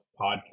podcast